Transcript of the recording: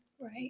Right